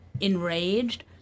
enraged